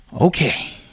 Okay